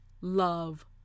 love